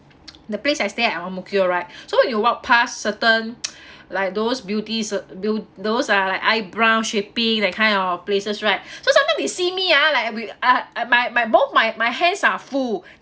the place I stay at ang mo kio right so you walk past certain like those beauty sa~ beau~ those are like eyebrow shaping that kind of places right so sometimes they see me ah like we I I my my both my my hands are full